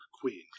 queen